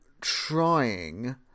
trying